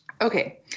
Okay